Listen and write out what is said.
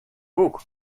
boek